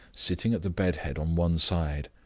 sitting at the bed head on one side,